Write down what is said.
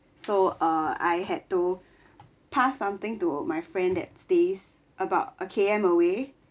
so uh I had to pass something to my friend that stays about a K_M away